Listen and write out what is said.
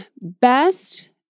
best